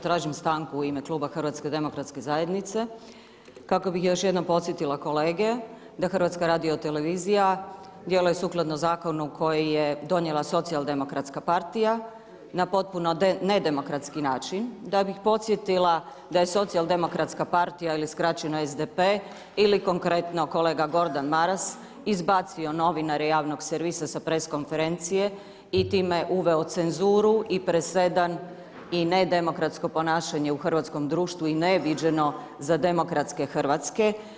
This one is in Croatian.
Tražim stanku u ime Kluba HDZ-a kako bi još jednom podsjetila kolege da HRT djeluje sukladno zakonu koji je donijela Socijaldemokratska partija na potpuno nedemokratski način, da bi podsjetila da je Socijaldemokratska partija ili skraćeno SDP ili konkretno kolega Gordan Maras, izbacio novinare javnog servisa sa press konferencije i time uveo cenzuru i presedan i nedemokratsko ponašanje u hrvatskom društvu i neviđeno za demokratske Hrvatske.